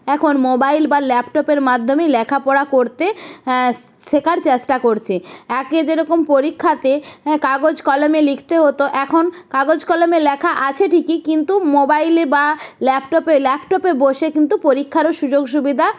এখন মোবাইল বা ল্যাপটপের মাধ্যমেই লেখাপড়া করতে শেখার চেষ্টা করছে আকে যেরকম পরীক্ষাতে হ্যাঁ কাগজ কলমে লিখতে হতো এখন কাগজ কলমে লেখা আছে ঠিকই কিন্তু মোবাইল বা ল্যাপটপে ল্যাপটপে বসে কিন্তু পরীক্ষারও সুযোগ সুবিধা